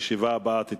ישיבה זו נעולה.